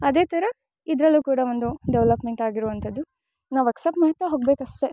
ಅದೇ ಥರ ಇದರಲ್ಲು ಕೂಡ ಒಂದು ಡೆವಲಪ್ಮೆಂಟ್ ಆಗಿರೋವಂಥದ್ದು ನಾವು ಅಕ್ಸೆಪ್ಟ್ ಮಾಡ್ತಾ ಹೋಗ್ಬೇಕಷ್ಟೆ